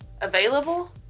available